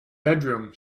bedroom